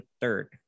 third